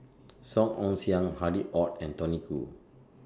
Song Ong Siang Harry ORD and Tony Khoo